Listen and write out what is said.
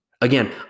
Again